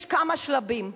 יש כמה שלבים: